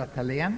Fru talman!